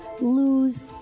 lose